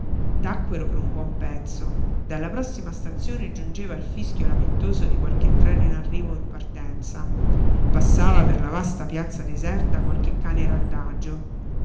quella tacquero per un buon pezzo dalla prossima stazione giungeva il fischio lamentoso di qualche treno in arrivo o in partenza passava per la vasta piazza deserta qualche cane randagio